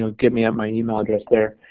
know get me at my email address there,